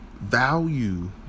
Value